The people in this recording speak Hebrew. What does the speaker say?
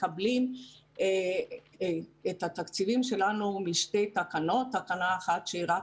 מקבלים את התקציבים שלנו משתי תקנות: תקנה אחת שהיא רק